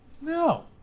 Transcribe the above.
No